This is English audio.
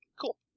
cool